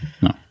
No